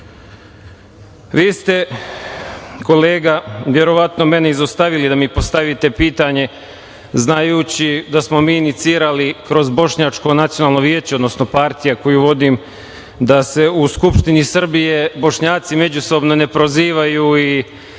ste, kolega, verovatno meni izostavili da mi postavite pitanje, znajući da smo mi inicirali kroz Bošnjačko nacionalno veće, odnosno partija koju vodim, da se u Skupštini Srbije Bošnjaci međusobno ne prozivaju i